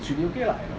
should be okay lah